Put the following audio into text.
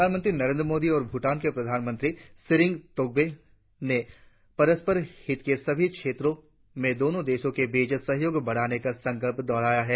प्रधानमंत्री नरेंद्र मोदी और भूटान के प्रधानमंत्री सिरिंग तोब्गे ने परस्पर हित के सभी क्षेत्रों में दोनों देशों के बीच सहयोग बढ़ाने का संकल्प दोहराया है